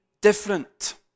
different